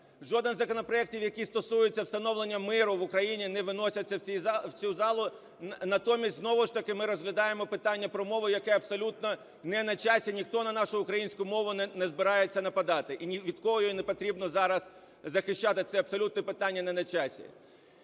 Жоден із законопроектів, які стосуються встановлення миру в Україні, не виноситься в цю залу. Натомість знову ж таки ми розглядаємо питання про мову, яке абсолютно не на часі. Ніхто на нашу українську мову не збирається нападати і ні від кого її не потрібно зараз захищати, це абсолютно питання не на часі.